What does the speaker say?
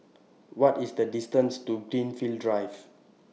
What IS The distance to Greenfield Drive